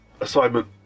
Assignment